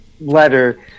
letter